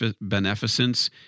beneficence